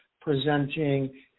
presenting